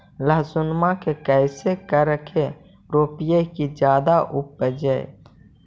लहसूनमा के कैसे करके रोपीय की जादा उपजई?